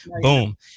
boom